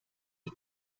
die